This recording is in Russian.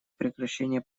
прекращение